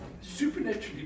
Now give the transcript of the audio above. supernaturally